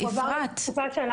הוא לא